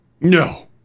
No